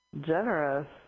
generous